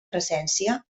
presència